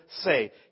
say